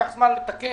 לקח זמן לתקן.